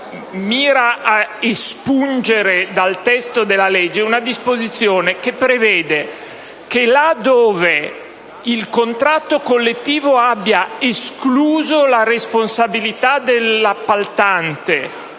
mira ad espungere dal testo della legge una disposizione che prevede che, laddove il contratto collettivo abbia escluso la responsabilitasolidale dell’appaltante